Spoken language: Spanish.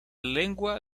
lengua